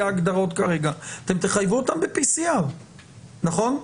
ההגדרות כרגע אתם תחייבו אותם בבדיקת PCR. נכון?